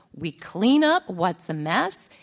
we clean up what's a mess,